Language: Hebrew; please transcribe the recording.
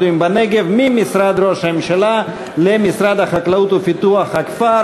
לחוק-יסוד: הממשלה, יש שמועות.